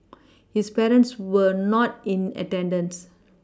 his parents were not in attendance